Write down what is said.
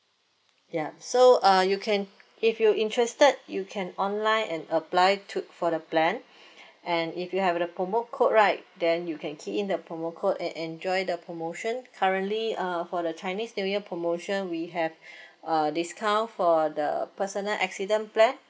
yup so uh you can if you interested you can online and apply to for the plan and if you have the promo code right then you can key in the promo code and enjoy the promotion currently uh for the chinese new year promotion we have uh discount for the personal accident plan